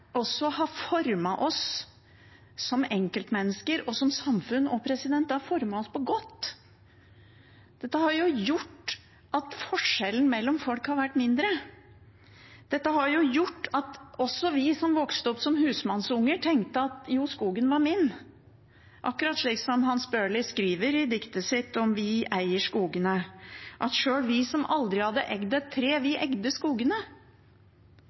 også har formet oss som enkeltmennesker og som samfunn – og det har formet oss på godt! Dette har gjort at forskjellen mellom folk har vært mindre. Dette har gjort at også vi som vokste opp som husmannsunger, tenkte at jo, skogen var min – akkurat slik som Hans Børli skriver i diktet sitt «Vi eier skogene» – at sjøl vi som aldri hadde eid et tre, vi eide skogene.